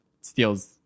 steals